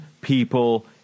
people